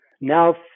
now